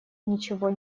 ничего